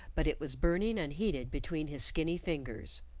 but it was burning unheeded between his skinny fingers.